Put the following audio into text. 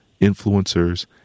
influencers